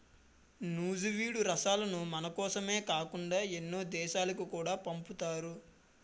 నూజివీడు రసాలను మనకోసమే కాకుండా ఎన్నో దేశాలకు కూడా పంపుతారు